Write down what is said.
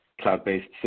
cloud-based